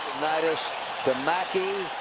unitas to mackey.